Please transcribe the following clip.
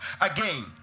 again